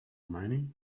many